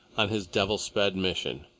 on his devil-sped mission.